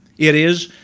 it is,